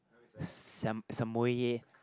s~ Samoyed